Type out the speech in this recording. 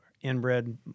inbred